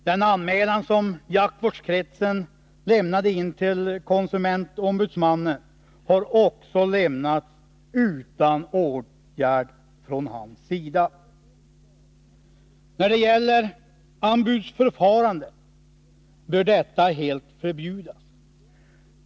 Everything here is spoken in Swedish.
Den anmälan som jaktvårdskretsen lämnade in till konsumentombudsmannen har lämnats utan åtgärd från hans sida. Anbudsförfarandet bör helt förbjudas.